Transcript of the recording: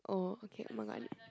oh okay